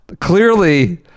Clearly